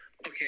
okay